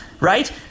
right